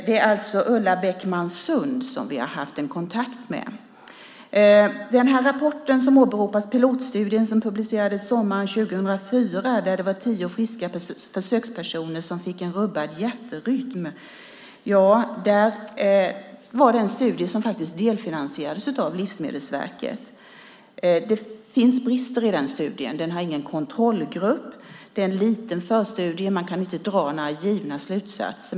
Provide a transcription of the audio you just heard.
Det är Ulla Beckman Sundh som vi har haft kontakt med. I rapporten som åberopas, pilotstudien som publicerades sommaren 2004, var det tio friska försökspersoner som fick rubbad hjärtrytm. Det var en studie som delfinansierades av Livsmedelsverket. Det finns brister i den studien. Den har ingen kontrollgrupp. Det är en liten förstudie. Man kan inte dra några givna slutsatser.